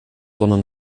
sondern